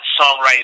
songwriting